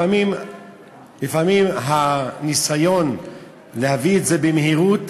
לפעמים הניסיון להביא את זה במהירות,